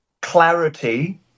clarity